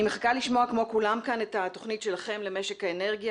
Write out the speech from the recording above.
אני מחכה לשמוע כמו כולם כאן את התוכנית שלכם למשק האנרגיה